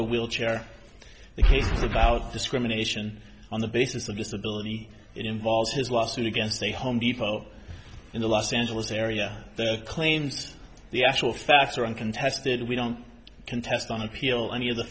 a wheelchair the case about discrimination on the basis of disability it involves his lawsuit against a home depot in the los angeles area claims the actual facts are uncontested we don't contest on appeal any of the